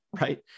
right